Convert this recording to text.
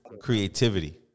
creativity